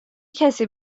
کسی